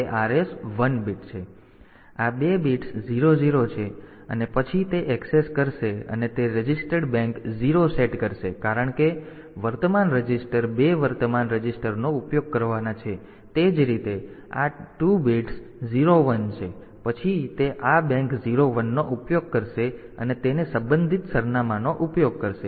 તેથી આ બે બિટ્સ 00 છે અને પછી તે ઍક્સેસ કરશે અને તે રજિસ્ટર્ડ બેંક 0 સેટ કરશે કારણ કે વર્તમાન રજિસ્ટર 2 વર્તમાન રજિસ્ટર્સનો ઉપયોગ કરવાના છે તે જ રીતે આ 2 બિટ્સ 01 છે પછી તે આ બેંક 01નો ઉપયોગ કરશે અને તેને સંબંધિત સરનામાંનો ઉપયોગ કરશે